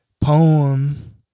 poem